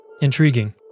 intriguing